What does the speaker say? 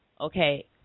okay